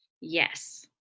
Yes